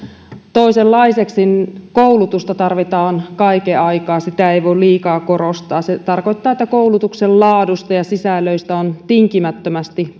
toisenlaiseksi koulutusta tarvitaan kaiken aikaa sitä ei voi liikaa korostaa se tarkoittaa että koulutuksen laadusta ja sisällöistä on tinkimättömästi